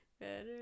Better